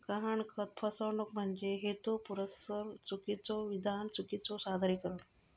गहाणखत फसवणूक म्हणजे हेतुपुरस्सर चुकीचो विधान, चुकीचो सादरीकरण